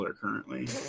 currently